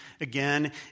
again